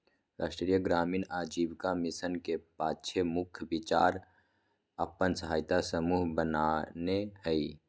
राष्ट्रीय ग्रामीण आजीविका मिशन के पाछे मुख्य विचार अप्पन सहायता समूह बनेनाइ हइ